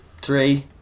three